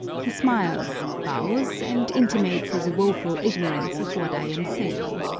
he smiles, bows, and intimates his woeful ignorance of what i am saying.